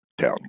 town